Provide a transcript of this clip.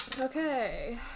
Okay